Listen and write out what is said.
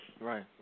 Right